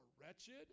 wretched